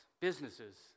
businesses